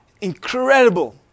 incredible